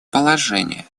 положение